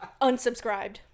unsubscribed